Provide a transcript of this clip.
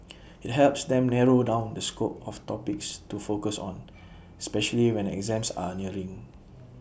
IT helps them narrow down the scope of topics to focus on especially when exams are nearing